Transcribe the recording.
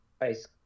Ice